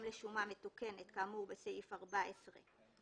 לשומה מתוקנת כאמור בסעיף 14(ב)(3)".